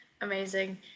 Amazing